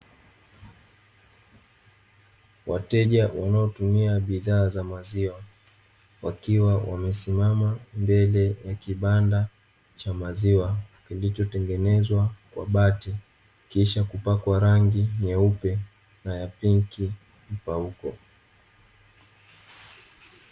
Wateja wanaotumia bidhaa za maziwa, wakiwa wamesimama mbele ya kibanda cha maziwa; kilichotengenezwa kwa bati, kisha kupakwa rangi nyeupe na ya pinki mpauko.